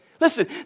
Listen